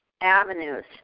avenues